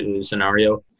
scenario